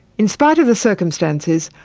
in spite of the circumstances,